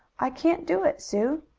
i can't do it, sue.